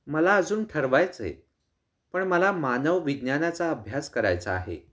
मला अजून ठरवायचं आहे पण मला मानवविज्ञानाचा अभ्यास करायचा आहे